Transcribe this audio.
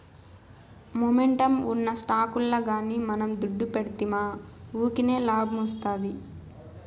momentum ఉన్న స్టాకుల్ల గానీ మనం దుడ్డు పెడ్తిమా వూకినే లాబ్మొస్తాది